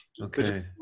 Okay